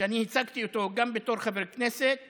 שאני הצגתי אותו גם בתור חבר כנסת